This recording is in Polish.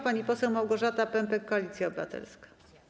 Pani poseł Małgorzata Pępek, Koalicja Obywatelska.